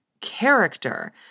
character